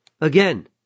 Again